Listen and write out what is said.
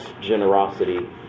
generosity